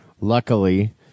luckily